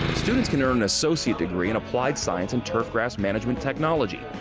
students can earn an associate degree in applied science and turf grass management technology.